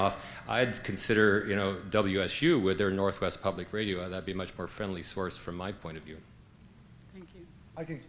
off i'd consider you know w s u with their northwest public radio that be much more friendly source from my point of view i think